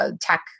tech